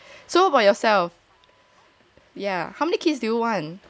so what about yourself yeah how many kids do you want